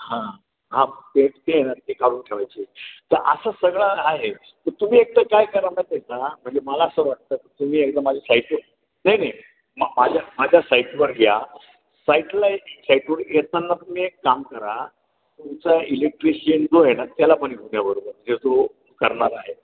हां हां ते आहे ना ते काढून ठेवायचेत तर असं सगळं आहे तुम्ही एकटं काय करा ना एकदा म्हणजे मला असं वाटतं तुम्ही एकदा माझ्या साईटवर नाही नाही मा माझ्या माझ्या साईटवर या साईटला साईटवर येताना तुम्ही एक काम करा तुमचा इलेक्ट्रिशियन जो आहे ना त्याला पण घेऊन या बरोबर जे जो करणार आहे